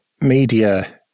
media